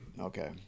Okay